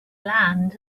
land